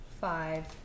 five